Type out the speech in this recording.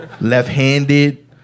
Left-handed